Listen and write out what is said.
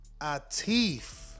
Atif